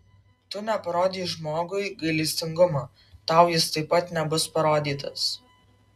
tu neparodei žmogui gailestingumo tau jis taip pat nebus parodytas